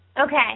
Okay